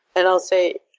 and i'll say,